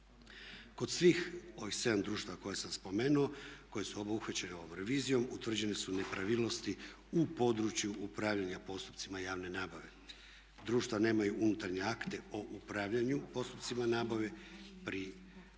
Kod svih ovih 7 društava koja sam spomenuo koja su obuhvaćena ovom revizijom utvrđene su nepravilnosti u području upravljanja postupcima javne nabave. Društva nemaju unutarnje akte o upravljanju postupcima nabave. Prije provedbe